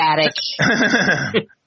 Static